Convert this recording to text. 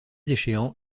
échéant